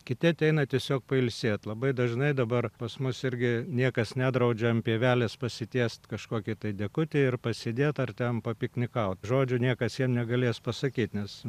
kiti ateina tiesiog pailsėt labai dažnai dabar pas mus irgi niekas nedraudžia pievelės pasitiest kažkokį tai dekutį ir pasėdėt ar ten papiknikaut žodžiu niekas jam negalės pasakyt nes